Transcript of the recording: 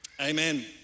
amen